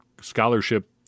scholarship